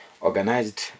organized